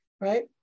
right